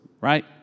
right